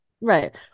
Right